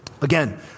Again